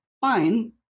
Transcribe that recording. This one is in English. fine